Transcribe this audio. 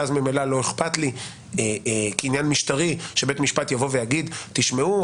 ואז ממילא לא אכפת לי כעניין משטרי שבית משפט יבוא ויגיד: תשמעו,